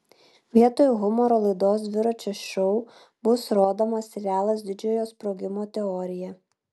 vietoj humoro laidos dviračio šou bus rodomas serialas didžiojo sprogimo teorija